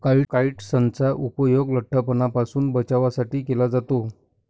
काइट्सनचा उपयोग लठ्ठपणापासून बचावासाठी केला जातो